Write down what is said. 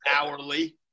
hourly